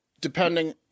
Depending